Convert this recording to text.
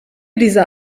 dieser